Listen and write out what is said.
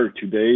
today